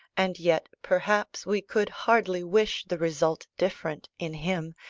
and yet perhaps we could hardly wish the result different, in him,